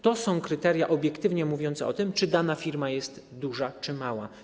To są kryteria obiektywnie mówiące o tym, czy dana firma jest duża, czy mała.